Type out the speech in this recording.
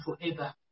forever